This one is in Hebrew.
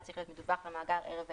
צריך להיות מדווח למאגר ערב העדכון."